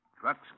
trucks